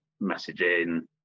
messaging